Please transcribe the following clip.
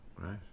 Right